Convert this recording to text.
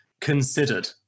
considered